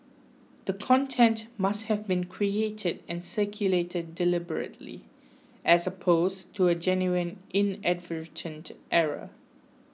the content must have been created and circulated deliberately as opposed to a genuine inadvertent error